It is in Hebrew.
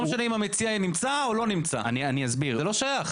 לא משנה אם המציע נמצא או לא נמצא, זה לא שייך.